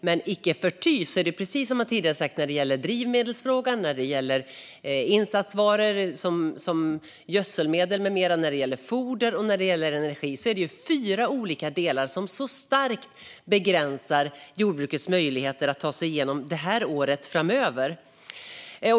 Men icke förty är, precis som man tidigare har sagt, drivmedelsfrågan, insatsvaror som gödselmedel med mera, foder och energi fyra olika delar som starkt begränsar jordbrukets möjligheter att ta sig igenom året framöver.